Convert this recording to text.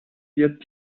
wird